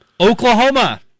Oklahoma